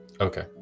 okay